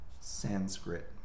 Sanskrit